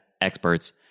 experts